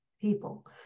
people